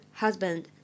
husband